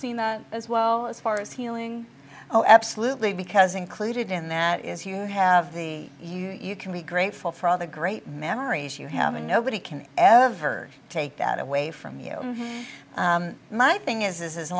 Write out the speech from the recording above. seen as well as far as healing oh absolutely because included in that is you have the you can be grateful for all the great memories you have and nobody can ever take that away from you my thing is as